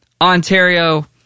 Ontario